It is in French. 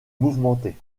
mouvementée